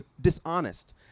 dishonest